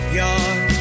yard